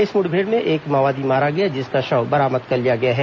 इस मुठभेड़ में एक माओवादी मारा गया जिसका शव बरामद कर लिया गया है